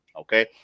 Okay